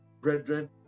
brethren